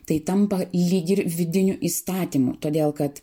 tai tampa lyg ir vidiniu įstatymu todėl kad